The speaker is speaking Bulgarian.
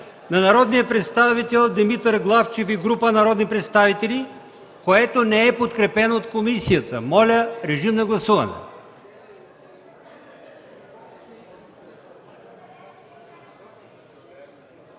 35 има предложение на Димитър Главчев и група народни представители, което също не е подкрепено от комисията. Моля, режим на гласуване.